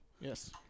Yes